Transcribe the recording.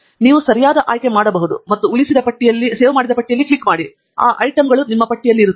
ನೀವು ಸರಿಯಾದ ಆಯ್ಕೆ ಮಾಡಬಹುದು ಮತ್ತು ಉಳಿಸಿದ ಪಟ್ಟಿಯಲ್ಲಿ ಕ್ಲಿಕ್ ಮಾಡಿ ಮತ್ತು ಆ ಐಟಂಗಳು ನಿಮ್ಮ ಪಟ್ಟಿಯಲ್ಲಿರುತ್ತವೆ